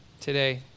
today